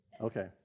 Okay